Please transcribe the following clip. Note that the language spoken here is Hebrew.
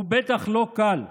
ובטח לא קל,